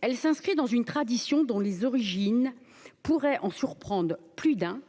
elle s'inscrit dans une tradition dont les origines pourrait en surprendre plus d'un,